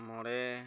ᱢᱚᱬᱮ